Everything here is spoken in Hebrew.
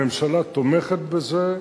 הממשלה תומכת בזה.